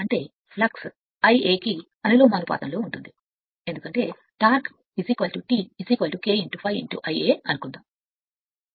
అంటే flux Ia కి అనులోమానుపాతంలో ఉంటుంది ఎందుకంటే టార్క్ టార్క్ K ∅ Ia అనుకుందాం